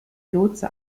lotse